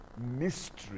mystery